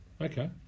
Okay